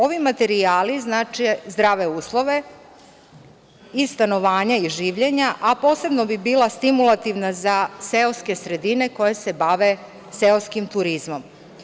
Ovi materijali znače zdrave uslove i stanovanja i življenja, a posebno bi bila stimulativna za seoske sredine koje se bave seoskim turizmom.